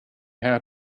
had